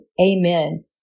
amen